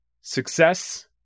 success